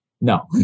No